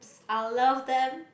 I love them